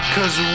Cause